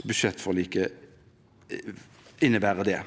budsjettforliket innebærer det.